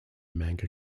manga